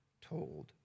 told